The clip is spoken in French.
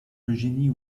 eugénie